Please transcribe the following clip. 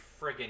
friggin